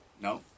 No